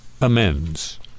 amends